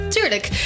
Tuurlijk